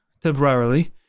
Temporarily